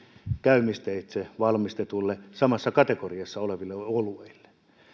käymisteitse valmistetuille samassa kategoriassa oleville oluille